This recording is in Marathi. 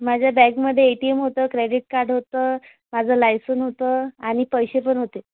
माझ्या बॅगमध्ये एटीएम होतं क्रेडिट कार्ड होतं माझं लायसन होतं आणि पैसेपण होते